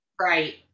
Right